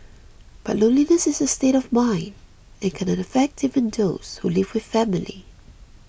but loneliness is a state of mind and can affect even those who live with family